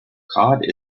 cod